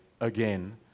again